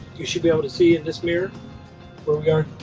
you should be able to see in this mirror where we are.